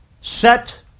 set